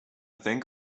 think